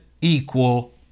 equal